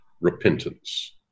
repentance